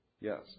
Yes